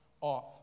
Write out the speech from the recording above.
off